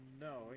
No